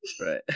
right